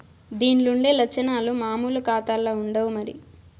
దీన్లుండే లచ్చనాలు మామూలు కాతాల్ల ఉండవు మరి